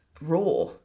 raw